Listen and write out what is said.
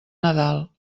nadal